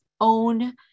own